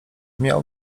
miał